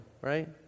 right